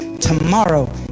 tomorrow